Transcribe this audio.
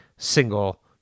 single